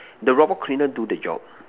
the robot cleaner do the job